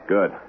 Good